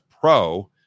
pro